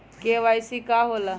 KYC का होला?